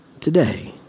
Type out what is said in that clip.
today